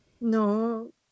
No